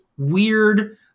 weird